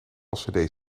lcd